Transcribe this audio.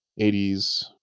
80s